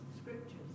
Scriptures